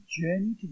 journey